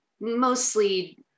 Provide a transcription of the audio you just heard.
mostly